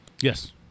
Yes